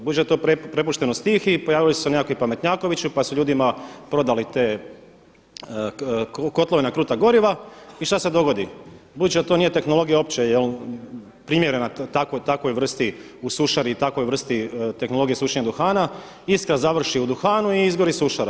Budući da je to prepušteno stihiji pojavili su se neki pametnjakovići pa su ljudima prodali te kotlove na kruta goriva i šta se dogodi, budući da to nije tehnologija uopće primjerena takvoj vrsti u sušari takvoj vrsti tehnologije sušenja duhana, iskra završi u duhanu i izgori sušara.